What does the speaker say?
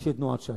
של תנועת ש"ס.